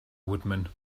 woodman